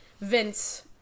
Vince